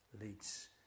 leads